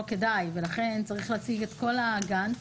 ולכן צריך להציג את כל הגאנט.